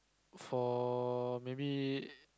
for maybe